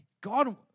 God